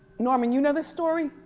norman, you know this story?